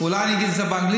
אולי אני אגיד את זה באנגלית?